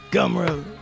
Gumroad